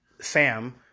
Sam